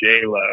J-Lo